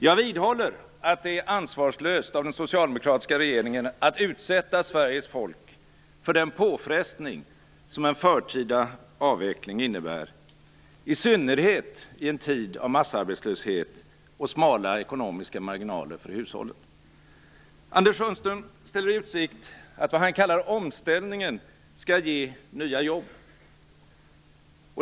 Jag vidhåller att det är ansvarslöst av den socialdemokratiska regeringen att utsätta Sveriges folk för den påfrestning som en förtida avveckling innebär, i synnerhet i en tid av massarbetslöshet och smala ekonomiska marginaler för hushållen. Anders Sundström ställer i utsikt att vad han kallar omställningen skall ge nya jobb.